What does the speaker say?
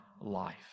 life